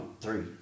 three